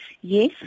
Yes